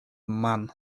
man